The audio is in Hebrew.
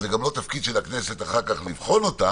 אז זה גם לא תפקיד של הכנסת אחר כך לבחון אותה.